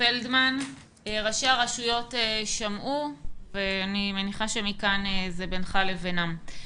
ראשי הרשויות שמעו ואני מניחה שמכאן זה בינך לבינם.